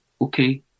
okay